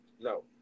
No